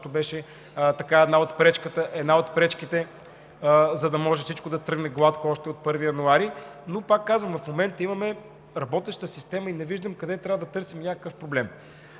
също беше една от пречките, за да може всичко да тръгне гладко още от 1 януари. Но, пак казвам, в момента имаме работеща система и не виждам къде трябва да търсим някакъв проблем.